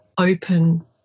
open